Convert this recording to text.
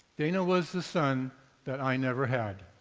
dana was the son that i never had.